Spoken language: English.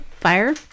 Fire